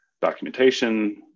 documentation